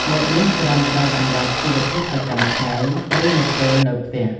ម៉ូតនេះច្រើនប្រើសម្រាប់ជីវភាពប្រចាំថ្ងៃ ឬនៅពេលនៅផ្ទះ។